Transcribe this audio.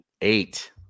Eight